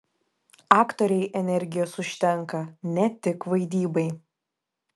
aktorei energijos užtenka ne tik vaidybai